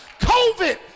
COVID